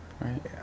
right